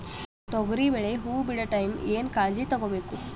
ತೊಗರಿಬೇಳೆ ಹೊವ ಬಿಡ ಟೈಮ್ ಏನ ಕಾಳಜಿ ತಗೋಬೇಕು?